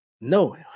No